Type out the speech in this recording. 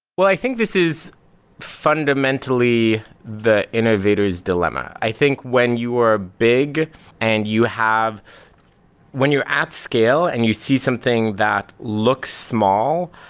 well, i think this is fundamentally the innovator's dilemma. i think when you are big and you have when you're at scale and you see something that looks small,